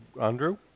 Andrew